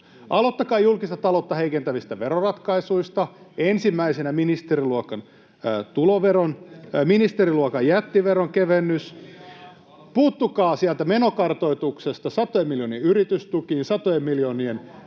Aloittakaa julkista taloutta heikentävistä veroratkaisuista, ensimmäisenä ministeriluokan jättiveronkevennys. Puuttukaa sieltä menokartoituksesta satojen miljoonien yritystukiin, [Petri Hurun